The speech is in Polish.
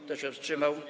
Kto się wstrzymał?